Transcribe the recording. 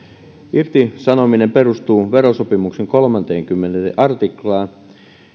irtisanominen perustuu verosopimuksen kolmanteenkymmenenteen artiklaan